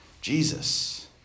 Jesus